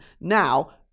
now